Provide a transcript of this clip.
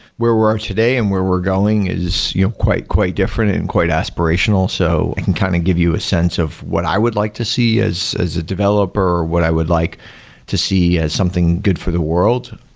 where we are today and where we're going is you know quite quite different and quite aspirational. so i can kind of give you a sense of what i would like to see as as a developer or what i would like to see as something good for the world.